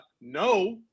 no